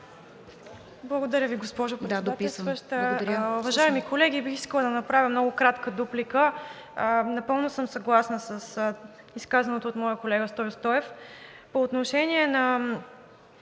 Благодаря Ви, госпожо Председателстващ! Уважаеми колеги, бих искала да направя много кратка дуплика. Напълно съм съгласна с изказаното от моя колега Стою Стоев. По отношение на